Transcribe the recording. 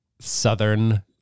southern